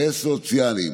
וסוציאליים,